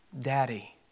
Daddy